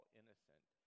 innocent